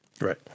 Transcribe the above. right